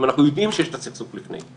אם אנחנו יודעים שיש את הסכסוך לפני,